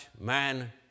man